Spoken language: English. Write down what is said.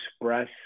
express